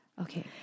okay